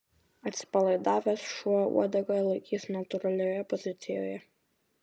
atsipalaidavęs šuo uodegą laikys natūralioje pozicijoje